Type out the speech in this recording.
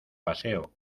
paseo